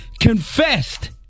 confessed